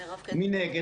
מנגד,